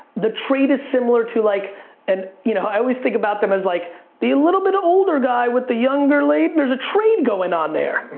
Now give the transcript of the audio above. the trade is similar to like and you know i always think about them as like little bit older guy with the younger lady there's a trade going on there.